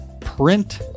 print